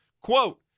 quote